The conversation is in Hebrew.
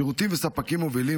שירותים וספקים מובילים,